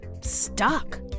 stuck